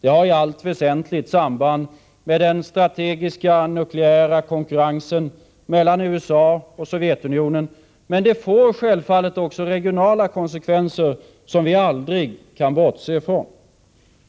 Det har i allt väsentligt samband med den strategiska nukleära konkurrensen mellan USA och Sovjetunionen, men det får självfallet också regionala konsekvenser som vi aldrig kan bortse från.